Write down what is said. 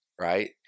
right